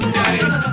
days